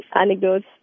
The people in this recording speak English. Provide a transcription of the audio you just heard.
anecdotes